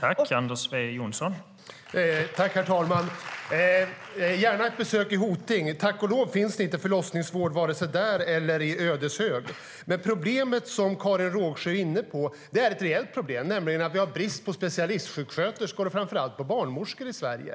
Herr talman! Jag gör gärna ett besök i Hoting. Tack och lov finns det inte förlossningsvård vare sig där eller i Ödeshög.Problemet som Karin Rågsjö är inne på är ett reellt problem. Vi har brist på specialistsjuksköterskor och framför allt på barnmorskor i Sverige.